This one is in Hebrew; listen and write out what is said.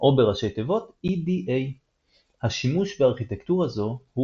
או בראשי תיבות EDA. השימוש בארכיטקטורה זו הוא